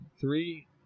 Three